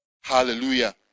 Hallelujah